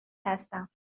هستم